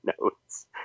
notes